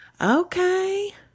okay